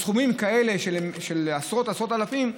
בסכומים כאלה של עשרות ועשרות אלפים.